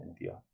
India